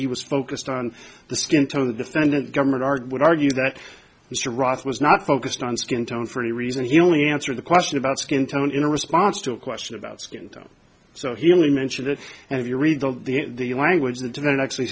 he was focused on the skin tone the defendant government art would argue that mr ross was not focused on skin tone for any reason he only answered the question about skin tone in a response to a question about skin tone so he only mentioned it and if you read the the language that did it actually